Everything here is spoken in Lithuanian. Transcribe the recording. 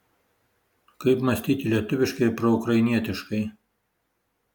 kaip mąstyti lietuviškai ir proukrainietiškai